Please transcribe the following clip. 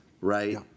Right